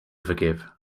forgive